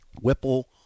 Whipple